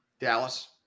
dallas